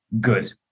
good